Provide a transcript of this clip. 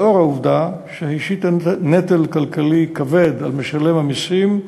לאור העובדה שהיא השיתה נטל כלכלי כבד על משלם המסים,